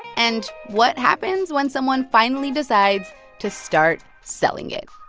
and what happens when someone finally decides to start selling it